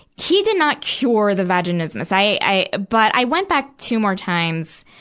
he did not cure the vaginismus. i, i, but i went back two more times,